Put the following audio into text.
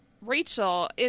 Rachel